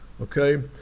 okay